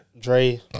Dre